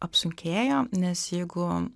apsunkėjo nes jeigu